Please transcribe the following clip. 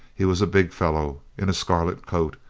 he was a big fellow in a scarlet coat,